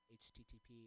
http